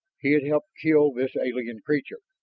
he had helped kill this alien creature.